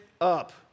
up